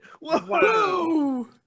Whoa